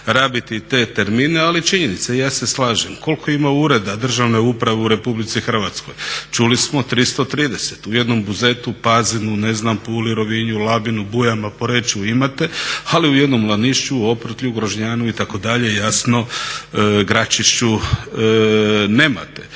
rabiti te termine, ali je činjenica i ja se slažem. Koliko ima ureda državne uprave u Republici Hrvatskoj? Čuli smo 330. U jednom Buzetu, Pazinu, ne znam, Puli, Rovinju, Labinu, Bujama, Poreču imate ali u jednom Lanišću, Oprtlju, Grožnjanu itd., jasno, Gračišću nemate.